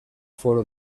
foro